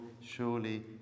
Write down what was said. surely